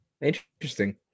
Interesting